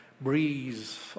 breeze